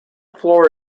floor